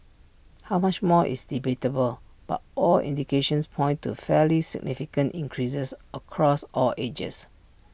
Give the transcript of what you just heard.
how much more is debatable but all indications point to fairly significant increases across all ages